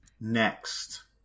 Next